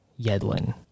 Yedlin